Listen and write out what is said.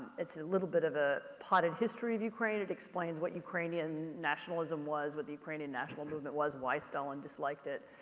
it's a little bit of a potted history of ukraine. it explains what ukrainian nationalism was with the ukrainian national movement was, why stalin disliked it.